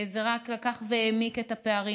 זה רק העמיק את הפערים.